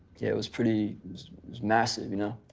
yeah it was pretty, it was massive, you know.